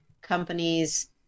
companies